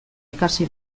ikasi